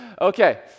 Okay